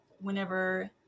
whenever